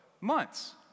months